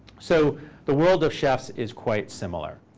so the world of chefs is quite similar.